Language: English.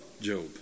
Job